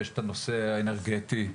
יש הנושא האנרגטי,